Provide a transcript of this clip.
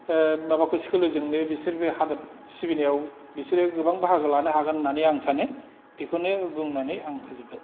सोलो जोंनो बिसोरबो हादर सिबिनायाव बिसोरो गोबां बाहागो लानो हागोन होननानै आं सानो बिखौ नों बुंनानै आं फोजोबबाय